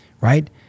right